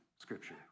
scripture